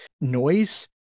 noise